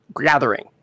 gathering